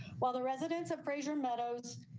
while the residents of fraser meadows.